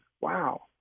wow